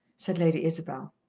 said lady isabel.